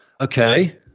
okay